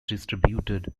distributed